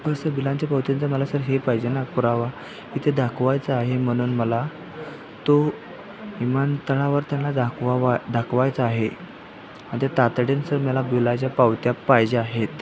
कसे बिलांच्या पावतींचं मला सर हे पाहिजे ना पुरावा इथे दाखवायचा आहे म्हणून मला तो विमानतळावर त्यांना दाखवावा दाखवायचा आहे त्या तातडीने सर मला बिलाच्या पावत्या पाहिजे आहेत